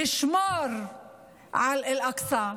לשמור על אל-אקצא,